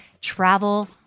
travel